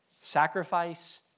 Sacrifice